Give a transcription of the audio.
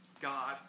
God